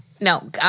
No